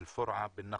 מאל פורעה בנגב,